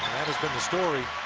that has been the story